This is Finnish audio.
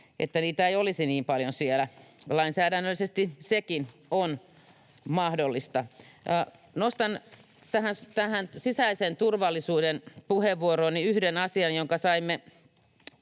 niitä ei olisi niin paljon siellä. Lainsäädännöllisesti sekin on mahdollista. Nostan tähän sisäisen turvallisuuden puheenvuorooni vielä yhden asian, jonka saimme